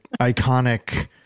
iconic